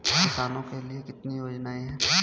किसानों के लिए कितनी योजनाएं हैं?